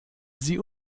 sie